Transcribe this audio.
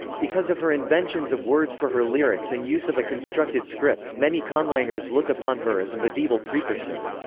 because of her inventions of words for her lyrics and use of a constructed script, many conlangers look upon her as a medieval precursor.